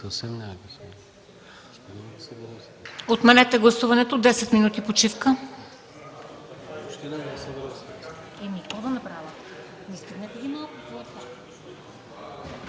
Отменете гласуването. Десет минути почивка.